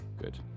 Good